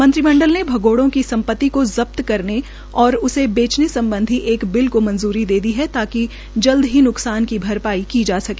मंत्रिमंडल ने भगौड़ा की सम्पति को जब्त करने और उसे बेचने सम्बधी एक बिल को मंजूरी दे दी है ताकि जल्द ही नुकसान की भरपाई की जा सके